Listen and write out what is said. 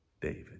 David